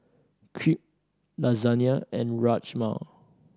Crepe Lasagna and Rajma